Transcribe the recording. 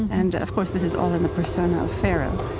and, of course, this is all in the persona of pharaoh.